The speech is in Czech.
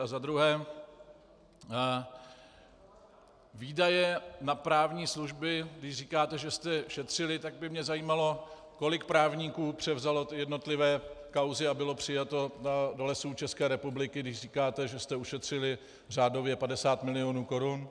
A za druhé, výdaje na právní služby, když říkáte, že jste šetřili, tak by mě zajímalo, kolik právníků převzalo jednotlivé kauzy a bylo přijato do Lesů ČR, když říkáte, že jste ušetřili řádově 50 milionů korun.